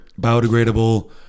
biodegradable